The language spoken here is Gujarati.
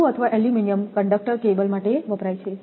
તાંબુ અથવા એલ્યુમિનિયમ કંડક્ટર કેબલ માટે વપરાય છે